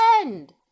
end